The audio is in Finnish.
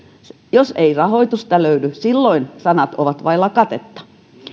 jos ei rahoitusta löydy silloin sanat ovat vailla katetta